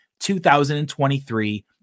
2023